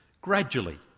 gradually